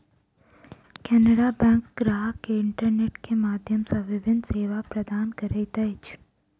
Canara bank ग्राहक के internet के माध्यम सॅ विभिन्न सेवा प्रदान करैत अछि